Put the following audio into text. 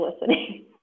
listening